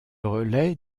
relais